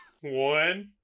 One